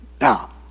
Now